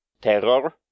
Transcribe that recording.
terror